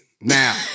Now